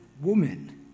woman